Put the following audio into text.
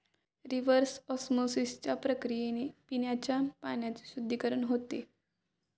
reverse ऑस्मॉसिसच्या प्रक्रियेने पिण्याच्या पाण्याचे शुद्धीकरण होते